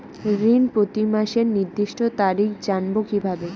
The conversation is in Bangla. ঋণ প্রতিমাসের নির্দিষ্ট তারিখ জানবো কিভাবে?